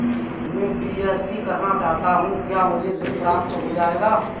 मैं बीएससी करना चाहता हूँ क्या मुझे ऋण प्राप्त हो जाएगा?